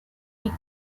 week